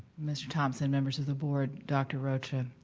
mr. thomson, members of the board, dr. rocha.